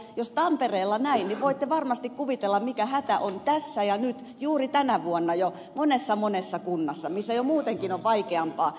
jos tampereella tapahtuu näin niin voitte varmasti kuvitella mikä hätä on tässä ja nyt juuri tänä vuonna jo monessa monessa kunnissa missä jo muutenkin on vaikeampaa